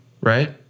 right